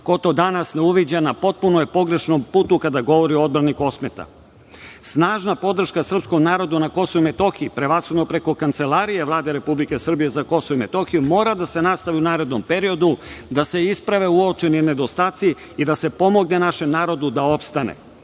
Ko to danas ne uviđa na potpuno je pogrešnom putu kada govori o odbrani Kosmeta. Snažna podrška srpskom narodu na Kosovu i Metohiji, prevashodno, preko Kancelarije Vlade Republike Srbije za Kosovo i Metohiju, mora da se nastavi u narednom periodu, da se isprave uočeni nedostaci i da se pomogne našem narodu da opstane.